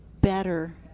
better